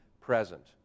present